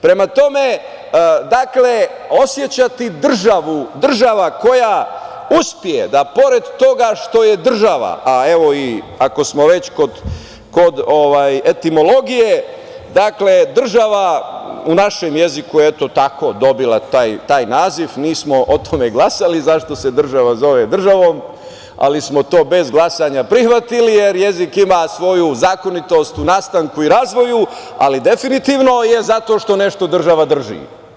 Prema tome, osećati državu, država koja uspe da pored toga što je država, a evo i ako smo već ko etimologije, država u našem jeziku, eto tako dobila taj naziv nismo o tome glasali zašto se država zove državom, ali smo to bez glasanja prihvatili, jer jezik ima svoju zakonitost u nastanku i razvoju, ali definitivno je zato što nešto država drži.